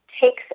takes